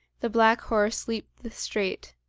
the black horse leaped the strait.